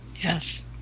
Yes